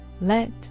let